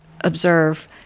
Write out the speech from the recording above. observe